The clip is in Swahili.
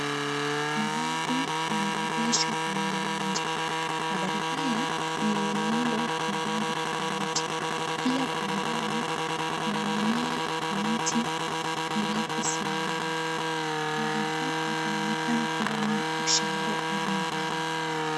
Magari yameegeshwa kwenye uwanja. Magari haya ni yenye miundo na rangi tofauti. Pia kwa umbali, kuna mimea na miti mirefu sana. Pahali hapa panaonekana kuwa ni ushago ama nyumbani.